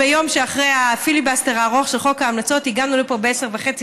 ביום שאחרי הפיליבסטר הארוך של חוק ההמלצות הגענו לפה ב-10:30 בבוקר,